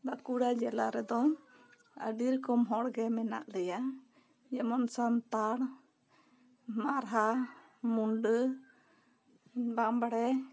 ᱵᱟᱹᱠᱩᱲᱟ ᱡᱮᱞᱟ ᱨᱮᱫᱚ ᱟᱹᱰᱤ ᱨᱚᱠᱚᱢ ᱦᱚᱲ ᱜᱮ ᱢᱮᱱᱟᱜ ᱞᱮᱭᱟ ᱡᱮᱢᱚᱱ ᱥᱟᱱᱛᱟᱲ ᱢᱟᱨᱦᱟ ᱢᱩᱸᱰᱟᱹ ᱵᱟᱢᱵᱽᱲᱮ